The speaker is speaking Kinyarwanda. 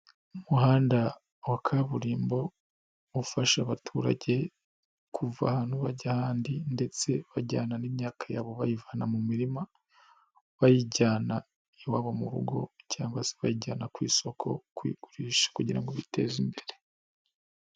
Umuhanda wa kaburimbo ufasha abaturage kuva ahantu bajya ahandi ndetse bajyana n'imyaka yabo bayivana mu mirima, bayijyana iwabo mu rugo cyangwa se bayijyana ku isoko, kuyigurisha kugira ngo biteze imbere.